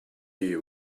you